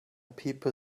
people